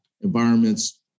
environments